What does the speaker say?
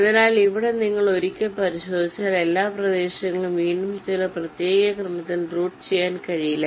അതിനാൽ ഇവിടെ നിങ്ങൾ ഒരിക്കൽ പരിശോധിച്ചാൽ എല്ലാ പ്രദേശങ്ങളും വീണ്ടും ചില പ്രത്യേക ക്രമത്തിൽ റൂട്ട് ചെയ്യാൻ കഴിയില്ല